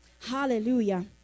Hallelujah